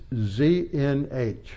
Z-N-H